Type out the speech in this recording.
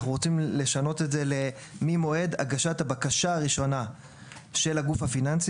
אנחנו רוצים לשנות את זה ל-"ממועד הגשת הבקשה הראשונה של הגוף הפיננסי